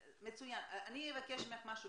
אני אבקש ממך משהו,